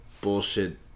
bullshit